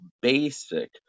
basic